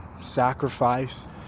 sacrifice